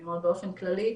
אני אומרת באופן כללי,